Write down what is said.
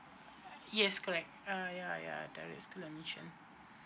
yes correct uh ya ya direct school admission